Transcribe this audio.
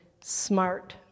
smart